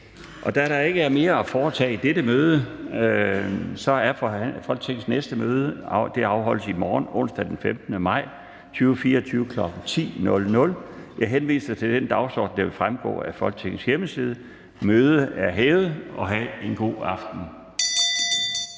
Der er ikke mere at foretage i dette møde. Folketingets næste møde afholdes i morgen, onsdag den 15. maj 2024, kl. 10.00. Jeg henviser til den dagsorden, der vil fremgå af Folketingets hjemmeside. Hav en god aften.